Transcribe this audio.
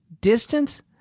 distance